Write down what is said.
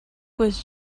was